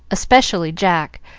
especially jack,